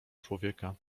człowieka